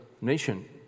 nation